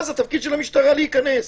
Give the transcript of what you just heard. אז התפקיד של המשטרה להיכנס,